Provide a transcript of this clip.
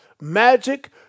magic